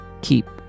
keep